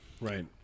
Right